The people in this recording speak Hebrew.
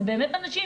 אלה באמת אנשים